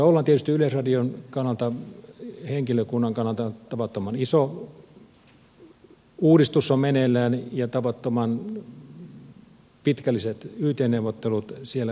tietysti yleisradion kannalta henkilökunnan kannalta tavattoman iso uudistus on meneillään ja tavattoman pitkälliset yt neuvottelut siellä vireillä